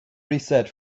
reset